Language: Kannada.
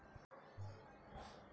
ಅಡಿಕೆಯಲ್ಲಿ ರೋಗ ಎಲ್ಲಾ ಕಾಲದಲ್ಲಿ ಕಾಣ್ತದ?